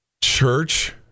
church